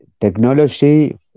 technology